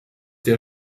der